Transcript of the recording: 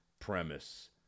premise